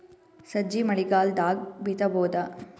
ಸಜ್ಜಿ ಮಳಿಗಾಲ್ ದಾಗ್ ಬಿತಬೋದ?